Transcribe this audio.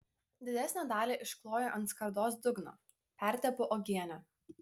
didesnę dalį iškloju ant skardos dugno pertepu uogiene